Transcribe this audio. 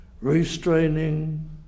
restraining